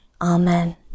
Amen